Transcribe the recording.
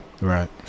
right